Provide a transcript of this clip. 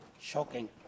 shocking